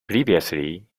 previously